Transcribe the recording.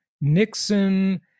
Nixon